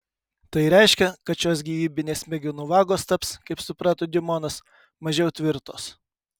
tai reiškia kad šios gyvybinės smegenų vagos taps kaip suprato diumonas mažiau tvirtos